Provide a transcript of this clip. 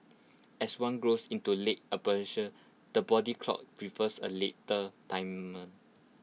as one grows into late the body clock prefers A later time